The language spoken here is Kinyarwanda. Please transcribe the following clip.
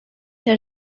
cya